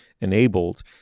enabled